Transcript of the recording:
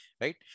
right